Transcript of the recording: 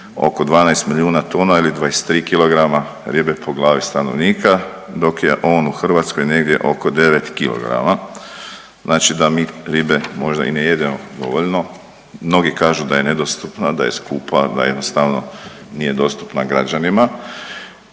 oko 12 milijuna tona ili 23 kg po glavi stanovnika dok je on u Hrvatskoj negdje oko 9 kg, znači da mi ribe možda i ne jedemo dovoljno. Mnogi kažu da je nedostupna, da je skupa da jednostavno nije dostupna građanima,